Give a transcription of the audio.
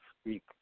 speak